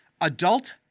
adult